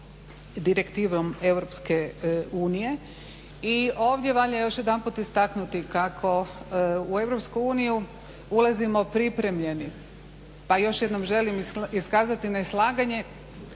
direktivom EU i ovdje valja još jedanput istaknuti kako u EU ulazimo pripremljeni pa još jednom želim iskazati neslaganje